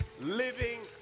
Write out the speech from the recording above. living